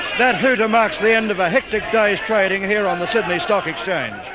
that hooter marks the end of a hectic day's trading here on the sydney stock exchange.